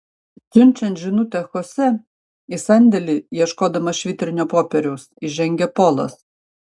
siunčiant žinutę chosė į sandėlį ieškodamas švitrinio popieriaus įžengia polas